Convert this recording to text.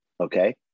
Okay